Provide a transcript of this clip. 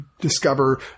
discover